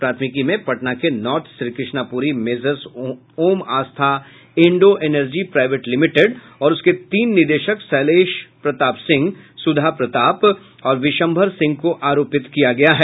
प्राथमिकी में पटना के north Shrikrishnapuri messrs Om Aastha Indo energy private limited और उसके तीन निदेशक शैलेश प्रताप सिंह सुधा प्रताप और विशंभर सिंह को आरोपित किया गया हैं